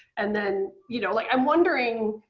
and then you know like i'm wondering.